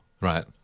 Right